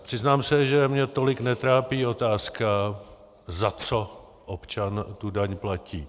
Přiznám se, že mě tolik netrápí otázka, za co občan daň platí.